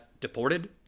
deported